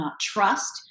trust